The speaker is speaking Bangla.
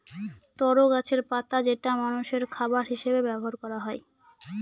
তরো গাছের পাতা যেটা মানষের খাবার হিসেবে ব্যবহার করা হয়